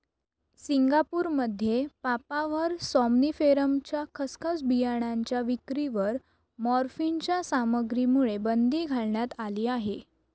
सिंगापूरमध्ये पापाव्हर सॉम्निफेरमच्या खसखस बियाणांच्या विक्रीवर मॉर्फिनच्या सामग्रीमुळे बंदी घालण्यात आली आहे